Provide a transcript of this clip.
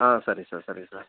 ஆ சரி சார் சரி சார்